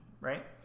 right